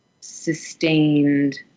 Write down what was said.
sustained